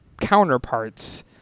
counterparts